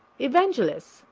evangelist,